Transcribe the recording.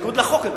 בניגוד לחוק,